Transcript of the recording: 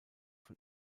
von